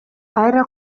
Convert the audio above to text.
кайра